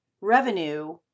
revenue